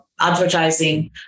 advertising